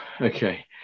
okay